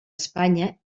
espanya